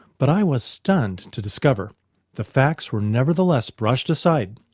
but i was stunned to discover the facts were nevertheless brushed aside,